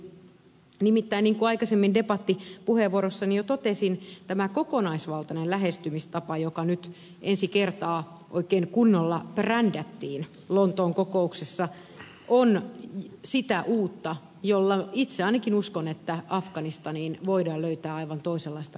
nimittäin niin kuin aikaisemmin debattipuheenvuorossani jo totesin tämä kokonaisvaltainen lähestymistapa joka nyt ensi kertaa oikein kunnolla brändättiin lontoon ko kouksessa on sitä uutta jolla itse ainakin uskon afganistaniin voidaan löytää aivan toisenlainen ratkaisu